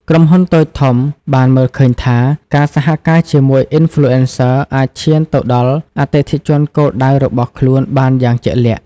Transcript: ក្រុមហ៊ុនតូចធំបានមើលឃើញថា ការសហការជាមួយ Influencer អាចឈានទៅដល់អតិថិជនគោលដៅរបស់ខ្លួនបានយ៉ាងជាក់លាក់។